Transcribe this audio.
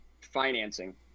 financing